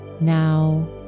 Now